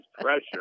pressure